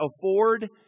afford